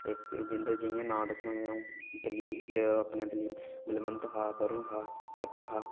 इक जिं'दा जि'यां नांऽ दस्सै ना अ'ऊं दलीप ते अपना बलवंत हा वरुण हा अतुल हा